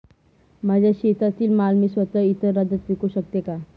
माझ्या शेतातील माल मी स्वत: इतर राज्यात विकू शकते का?